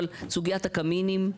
סוגיית הקמינים.